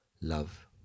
love